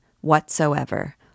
whatsoever